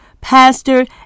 pastor